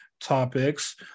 topics